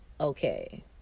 okay